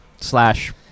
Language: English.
slash